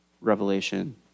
Revelation